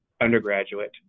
undergraduate